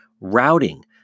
routing